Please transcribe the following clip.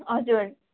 हजुर